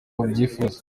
babyifuza